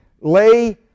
lay